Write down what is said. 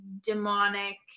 demonic